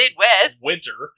winter